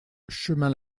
chemin